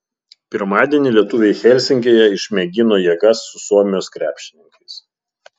pirmadienį lietuviai helsinkyje išmėgino jėgas su suomijos krepšininkais